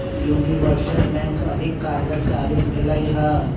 universal bank अधिक कारगर साबित भेलइ ह